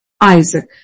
Isaac